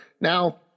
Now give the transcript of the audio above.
now